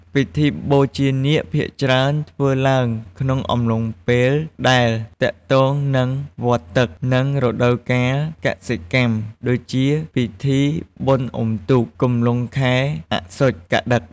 ពិធីបូជានាគភាគច្រើនធ្វើឡើងក្នុងអំឡុងពេលដែលទាក់ទងនឹងវដ្តទឹក និងរដូវកាលកសិកម្ម ដូចជា ពិធីបុណ្យអ៊ុំទូក កុំឡុងខែអសុ្សជ កត្តិក។